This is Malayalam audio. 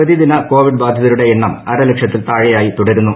പ്രതിദിന കോവിഡ് ബാധിതരുടെ എണ്ണം അരലക്ഷത്തിൽ താഴെയായി തുടരുന്നു